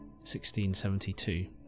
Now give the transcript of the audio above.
1672